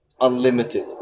unlimited